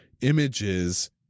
images